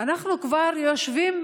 אנחנו כבר יושבים,